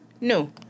no